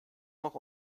noch